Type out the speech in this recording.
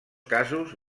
casos